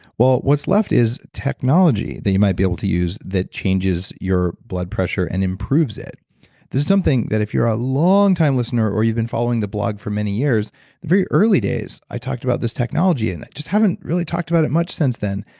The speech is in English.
well what's left is technology that you might be able to use that changes your blood pressure and improves it this is something that if you're a long time listener, or you've been following the blog for many years, the very early days i talked about this technology in there and just haven't really talked about it much since then,